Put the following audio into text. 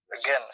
Again